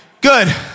good